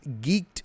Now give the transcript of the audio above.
Geeked